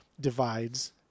divides